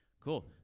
Cool